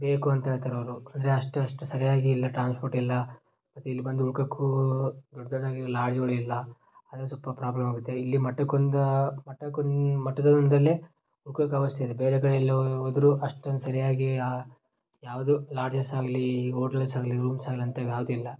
ಬೇಕು ಅಂತ ಹೇಳ್ತರ್ ಅವರು ಅಂದರೆ ಅಷ್ಟು ಅಷ್ಟು ಸರಿಯಾಗಿ ಇಲ್ಲ ಟ್ರಾನ್ಸ್ಪೋರ್ಟ್ ಇಲ್ಲ ಮತ್ತು ಇಲ್ಲಿ ಬಂದು ಉಳ್ಕೊಕ್ಕೂ ದೊಡ್ಡ ದೊಡ್ಡದಾಗಿ ಲಾಡ್ಜುಗಳು ಇಲ್ಲ ಅದೊಂದು ಸ್ವಲ್ಪ ಪ್ರಾಬ್ಲಮ್ ಆಗುತ್ತೆ ಇಲ್ಲಿ ಮಠಕ್ ಒಂದು ಮಠಕ್ ಒಂದು ಮಠದ್ ಒಂದರಲ್ಲಿ ಉಳ್ಕೋಕೆ ವ್ಯವಸ್ಥೆ ಇದೆ ಬೇರೆ ಕಡೆ ಎಲ್ಲಿ ಹೋದ್ರು ಅಷ್ಟೊಂದು ಸರಿಯಾಗಿ ಯಾವುದೂ ಲಾಡ್ಜಸ್ ಆಗಲೀ ಓಟಲ್ಸ್ ಆಗಲೀ ರೂಮ್ಸ್ ಆಗಲೀ ಅಂಥವ್ ಯಾವುದು ಇಲ್ಲ